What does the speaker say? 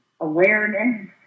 awareness